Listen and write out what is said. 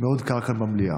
מאוד קר כאן במליאה,